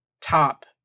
top